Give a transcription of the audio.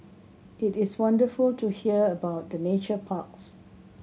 it is wonderful to hear about the nature parks